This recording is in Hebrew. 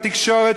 בתקשורת,